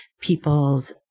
people's